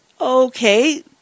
Okay